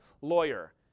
lawyer